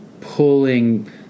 pulling